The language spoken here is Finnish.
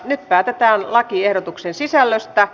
nyt päätetään lakiehdotuksen sisällöstä